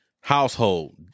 household